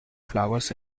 flowers